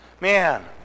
Man